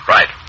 Right